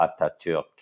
Atatürk